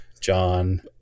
John